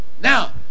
Now